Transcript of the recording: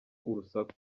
urusaku